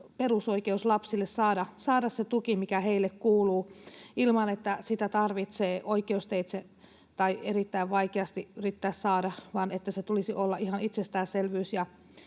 perusoikeus lapsille saada se tuki, mikä heille kuuluu, ilman, että sitä tarvitsee oikeusteitse tai erittäin vaikeasti yrittää saada, vaan että sen tulisi olla ihan itsestäänselvyys.